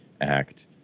act